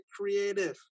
creative